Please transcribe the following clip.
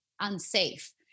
unsafe